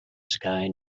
sky